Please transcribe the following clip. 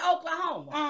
Oklahoma